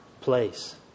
place